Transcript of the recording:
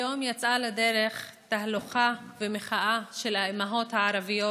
היום יצאה לדרך תהלוכת מחאה של האימהות הערביות.